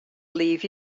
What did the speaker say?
leave